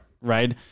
right